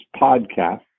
podcast